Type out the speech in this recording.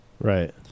Right